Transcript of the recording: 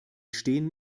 stehen